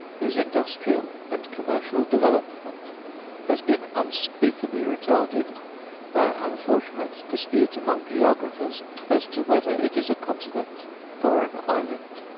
whose industrial and commercial development has been unspeakably retarded by an unfortunate dispute among geographers as to whether it is a continent or an island.